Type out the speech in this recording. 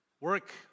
work